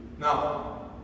Now